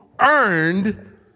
earned